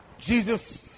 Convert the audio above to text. Jesus